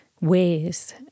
ways